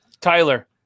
tyler